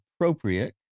appropriate